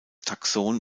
taxon